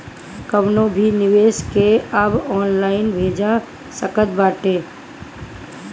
कवनो भी निवेश के अब ऑनलाइन भजा सकल जात बाटे